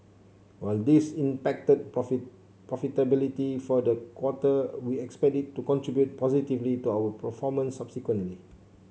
while this impacted profitability for the quarter we expect it to contribute positively to our performance subsequently